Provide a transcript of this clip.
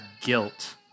guilt